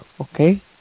okay